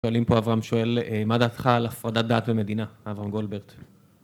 שואלים פה, אברהם שואל, מה דעתך על הפרדת דעת ומדינה, אברהם גולדברט?